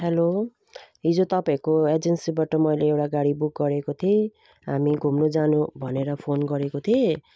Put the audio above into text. hello हिजो तपाईँको एजेन्सीबाट मैले एउटा गाडी बुक गरेको थिएँ हामी घुम्नु जानु भनेर फोन गरेको थिएँ